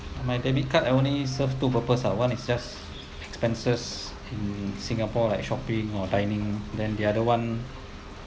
and my debit card only serve two purpose ah one is just expenses in singapore like shopping or dining then the other [one]